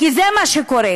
כי זה מה שקורה,